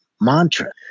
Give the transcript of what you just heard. mantra